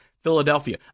Philadelphia